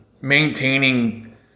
maintaining